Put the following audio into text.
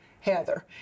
Heather